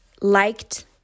liked